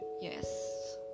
yes